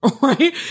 right